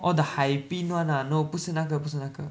orh the hai bin one ah no 不是那个不是那个